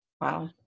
Wow